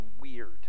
weird